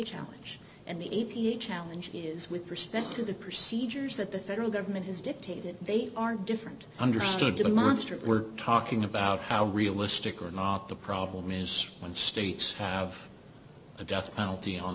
challenge and the e p a challenge is with respect to the procedures that the federal government has dictated they are different understood demonstrably we're talking about how realistic or not the problem is when states have the death penalty on